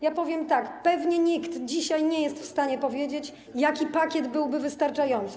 Ja powiem tak: pewnie nikt dzisiaj nie jest w stanie powiedzieć, jaki pakiet byłby wystarczający.